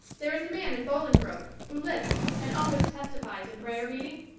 there is a man in bolingbroke who lisps and always testifies in prayer-meeting.